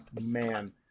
Man